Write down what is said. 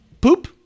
Poop